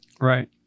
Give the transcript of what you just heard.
Right